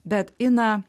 bet ina